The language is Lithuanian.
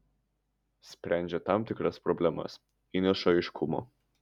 sprendžia tam tikras problemas įneša aiškumo